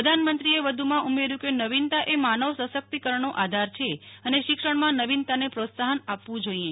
પ્રધાનમંત્રીએ વધુ માં ઉમેર્યુ કે નવીનતા એ માનવ સશક્તિકરણનો આધાર અને શિક્ષણમાં નવીનતાને પ્રોત્સાહન આપવું જોઈએ